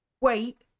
Wait